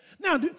Now